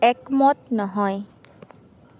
একমত নহয়